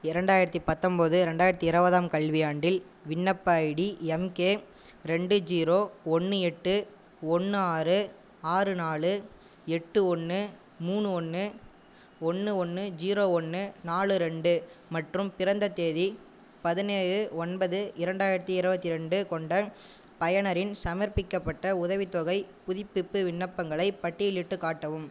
இரண்டாயிரத்தி பத்தம்போது ரெண்டாயிரத்தி இருபதாம் கல்வியாண்டில் விண்ணப்ப ஐடி எம் கே ரெண்டு ஜீரோ ஒன்று எட்டு ஒன்று ஆறு ஆறு நாலு எட்டு ஒன்று மூணு ஒன்று ஒன்று ஒன்று ஜீரோ ஒன்று நாலு ரெண்டு மற்றும் பிறந்த தேதி பதினேழு ஒன்பது இரண்டாயிரத்தி இருபத்தி ரெண்டு கொண்ட பயனரின் சமர்ப்பிக்கப்பட்ட உதவித்தொகைப் புதுப்பிப்பு விண்ணப்பங்களைப் பட்டியலிட்டுக் காட்டவும்